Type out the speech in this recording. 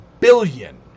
Billion